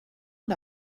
and